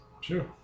sure